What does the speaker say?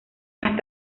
más